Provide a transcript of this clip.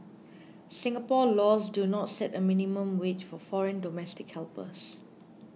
Singapore laws do not set a minimum wage for foreign domestic helpers